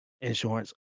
insurance